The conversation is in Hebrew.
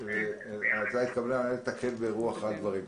נא לתקן ברוח הדברים.